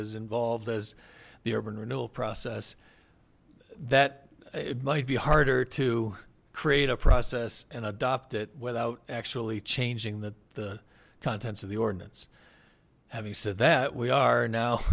as involved as the urban renewal process that it might be harder to create a process and adopt it without actually changing that the contents of the ordinance having said that we are now